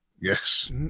Yes